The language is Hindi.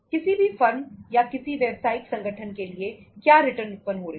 किसी भी फर्म या किसी व्यावसायिक संगठन के लिए क्या रिटर्न उत्पन्न हो रही है